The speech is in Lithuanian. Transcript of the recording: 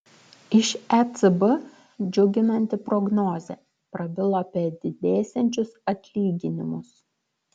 iš ecb džiuginanti prognozė prabilo apie didėsiančius atlyginimus